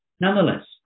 Nonetheless